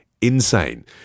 insane